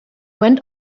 went